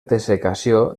dessecació